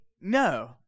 no